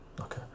okay